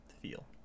feel